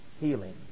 healing